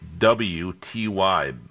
W-T-Y